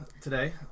today